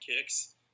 kicks